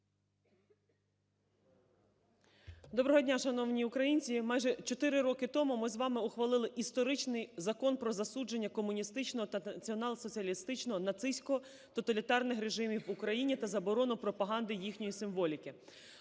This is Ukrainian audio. Доброго дня, шановні українці! Майже чотири роки тому ми з вами ухвалили історичний Закон "Про засудження комуністичного та націонал-соціалістичного (нацистського) тоталітарних режимів в Україні та заборону пропаганди їхньої символіки".